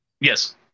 yes